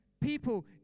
People